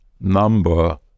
number